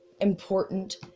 important